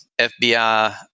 FBI